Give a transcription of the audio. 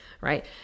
right